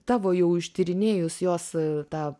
tavo jau ištyrinėjus jos tą